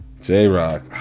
J-Rock